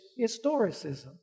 historicism